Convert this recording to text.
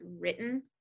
written